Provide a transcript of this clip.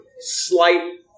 slight